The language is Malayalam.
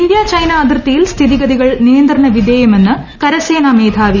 ഇന്ത്യ ചൈന അതിർത്തിയിൽ സ്ഥിതിഗതികൾ നിയന്ത്രണ വിധേയമെന്ന് കരസേനാ മേധാവി എം